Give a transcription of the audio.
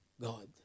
God